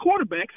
quarterbacks